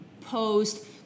post